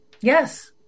Yes